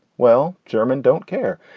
well, german don't care.